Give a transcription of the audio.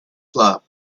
club